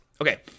Okay